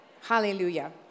Hallelujah